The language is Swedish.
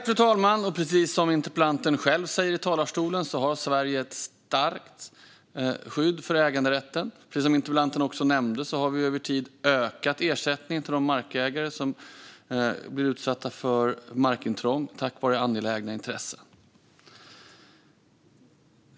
Fru talman! Precis som interpellanten själv sa i talarstolen har Sverige ett starkt skydd för äganderätten. Precis som interpellanten också nämnde har vi över tid ökat ersättningen till de markägare som blir utsatta för markintrång tack vare angelägna intressen.